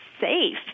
safe